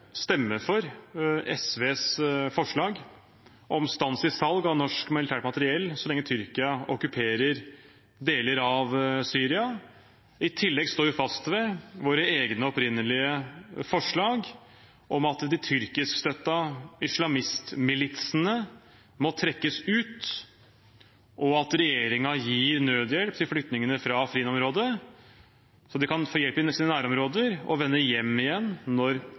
stemme for SVs forslag om stans i salg av norsk militært materiell til Tyrkia så lenge de okkuperer deler av Syria. I tillegg står vi fast ved våre egne opprinnelige forslag om at de tyrkiskstøttede islamistmilitsene må trekkes ut, og at regjeringen gir nødhjelp til flyktningene fra Afrin-området så de kan få hjelp i sine nærområder og vende hjem igjen når